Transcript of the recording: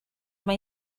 mae